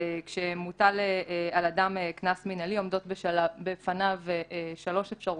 כשמוטל על אדם קנס מינהלי עומדות בפניו שלוש אפשרויות.